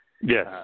Yes